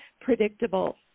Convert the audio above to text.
predictable